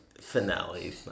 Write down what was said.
finale